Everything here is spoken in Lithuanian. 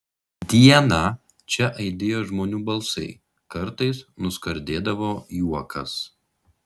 dieną čia aidėjo žmonių balsai kartais nuskardėdavo juokas